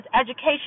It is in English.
education